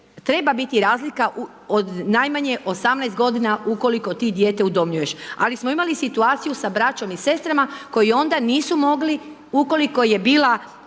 treba biti razlika od najmanje 18 godina ukoliko ti dijete udomljuješ. Ali smo imali situaciju sa braćom i sestrama koji onda nisu mogli, ukoliko je bila